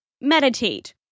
meditate